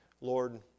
Lord